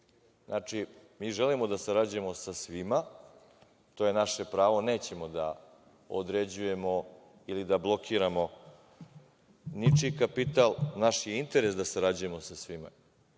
Evropi. Znači, mi želimo da sarađujemo sa svima. To je naše pravo. Nećemo da određujemo ili da blokiramo ničiji kapital. Naš je interes da sarađujemo sa svima.